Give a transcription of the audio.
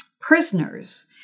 prisoners